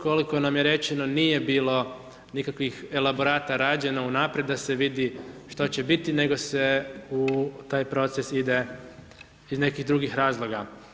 Koliko nam je rečeno, nije bilo nikakvih elaborata rađeno unaprijed, da se vidi što će biti, nego se u taj proces ide iz nekih drugih razloga.